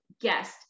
guest